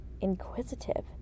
inquisitive